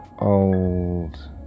old